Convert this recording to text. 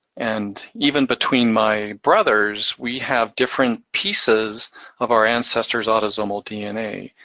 and even between my brothers, we have different pieces of our ancestors' autosomal dna.